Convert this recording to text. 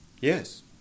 Yes